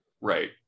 right